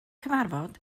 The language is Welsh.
cyfarfod